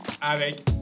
avec